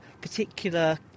particular